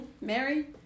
mary